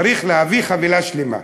צריך להביא חבילה שלמה.